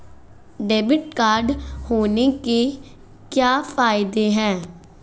Debit card होने के क्या फायदे हैं?